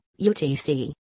UTC